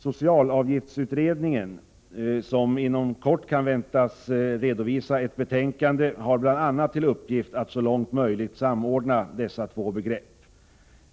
Socialavgiftsutredningen, som inom kort väntas avge ett betänkande, har bl.a. till uppgift att så långt möjligt samordna dessa två begrepp.